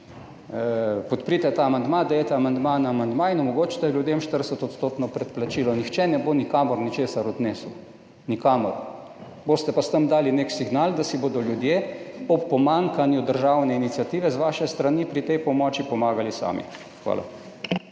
podprite ta amandma, dajte amandma na amandma in omogočite ljudem 40 % predplačilo, nihče ne bo nikamor ničesar odnesel, nikamor, boste pa s tem dali nek signal, da si bodo ljudje ob pomanjkanju državne iniciative z vaše strani pri tej pomoči pomagali sami. Hvala.